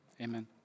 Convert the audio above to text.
Amen